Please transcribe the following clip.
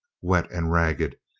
wet and ragged,